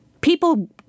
People